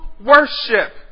worship